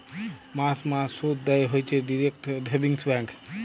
মাস মাস শুধ দেয় হইছে ডিইরেক্ট সেভিংস ব্যাঙ্ক